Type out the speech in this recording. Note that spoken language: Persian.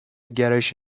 گرایش